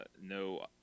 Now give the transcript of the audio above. no